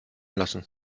lassen